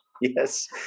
Yes